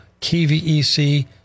KVEC